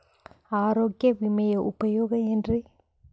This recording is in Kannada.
ಆರೋಗ್ಯ ವಿಮೆಯ ಉಪಯೋಗ ಏನ್ರೀ?